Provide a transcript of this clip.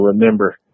remember